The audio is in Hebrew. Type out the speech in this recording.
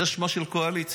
זה שמה של קואליציה.